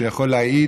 שיכול להעיד